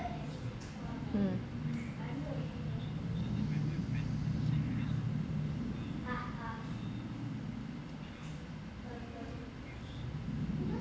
mm